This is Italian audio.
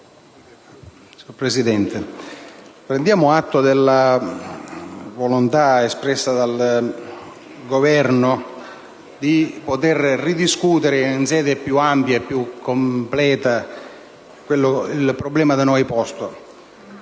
Signora Presidente, prendiamo atto della volontà espressa dal Governo di ridiscutere in sede più ampia e completa il problema da noi posto.